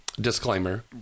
Disclaimer